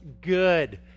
good